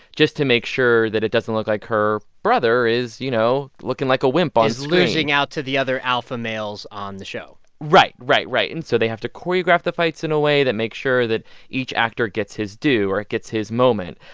just to make sure that it doesn't look like her brother is, you know, looking like a wimp on screen is losing out to the other alpha males on the show right, right, right. and so they have to choreograph the fights in a way that makes sure that each actor gets his due or gets his moment.